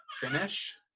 finish